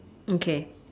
okay